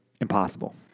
impossible